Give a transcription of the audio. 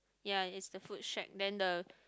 ya is the food shack then the